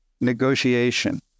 negotiation